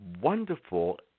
wonderful